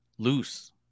loose